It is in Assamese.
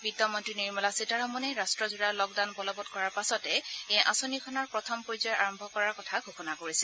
বিত্তমন্তী নিৰ্মলা সীতাৰমণে ৰট্টজোৰা লকডাউন বলবৎ কৰাৰ পাছতে এই আঁচনিখনৰ প্ৰথম পৰ্যায় আৰম্ভ কৰাৰ কথা ঘোষণা কৰিছিল